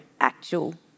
actual